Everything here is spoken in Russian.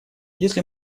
если